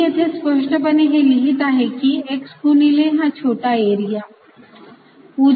मी येथे स्पष्टपणे हे लिहित आहे की x गुणिले हा छोटा एरीया